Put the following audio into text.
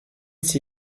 s’y